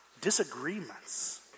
disagreements